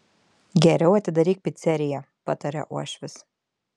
geriau atidaryk piceriją pataria uošvis